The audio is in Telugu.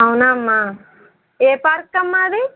అవునా అమ్మా ఏ పార్క్ అమ్మ అది